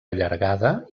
allargada